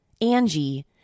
Angie